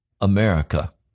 America